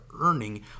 earning